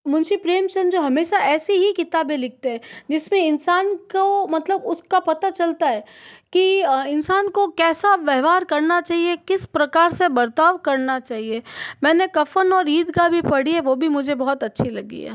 मुंशी प्रेमचंद हमेशा ऐसी ही किताबे लिखते हैं जिसमें इंसान को मतलब उसका पता चलता है कि इंसान को कैसा व्यवहार करना चाहिए किस प्रकार से बर्ताव करना चाहिए मैंने कफ़न और ईदगाह भी पढ़ी है वह भी मुझे बहुत अच्छी लगी है